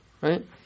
right